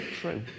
true